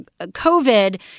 COVID